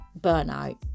burnout